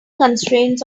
constraints